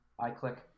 iClick